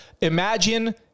imagine